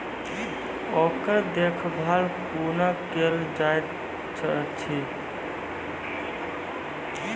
ओकर देखभाल कुना केल जायत अछि?